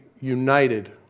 united